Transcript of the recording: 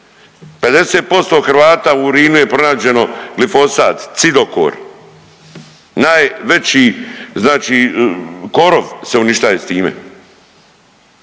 50% Hrvata u urinu je pronađeno glifosat, cidokor, najveći znači korov se uništaje s time